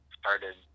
started